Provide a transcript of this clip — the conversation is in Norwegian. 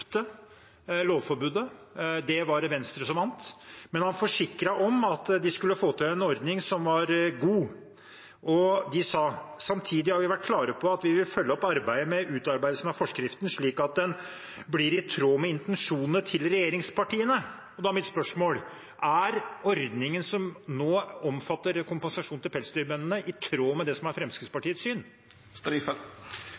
gjaldt lovforbudet, der var det Venstre som vant, men han forsikret om at de skulle få til en ordning som var god. Han sa at de samtidig har vært klare på at de vil følge opp arbeidet med utarbeidelsen av forskriften, slik at den blir i tråd med intensjonene til regjeringspartiene. Da er mitt spørsmål: Er ordningen som nå omfatter kompensasjon til pelsdyrbøndene, i tråd med det som er